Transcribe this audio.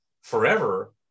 forever